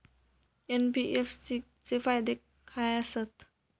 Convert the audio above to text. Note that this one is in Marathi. एन.बी.एफ.सी चे फायदे खाय आसत?